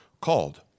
called